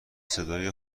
صدای